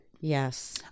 Yes